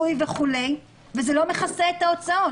הרפורמה יצרה מצב שלא כל הזנים זמינים וזה יוצר קטיעה של הרצף הטיפולי.